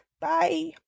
bye